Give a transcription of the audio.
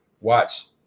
watch